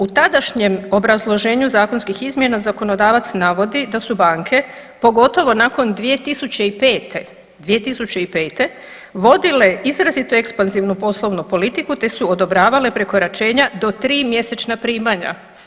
U tadašnjem obrazloženju zakonskih izmjena zakonodavac navodi da su banke, pogotovo nakon 2005., 2005. vodile izrazito ekspanzivnu poslovnu politiku, te su odobravale prekoračenja do 3 mjesečna primanja.